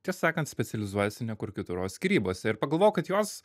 tiesą sakant specializuojasi ne kur kitur o skyrybose ir pagalvojau kad jos